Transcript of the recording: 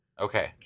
Okay